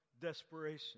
desperation